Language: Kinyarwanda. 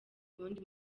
ubundi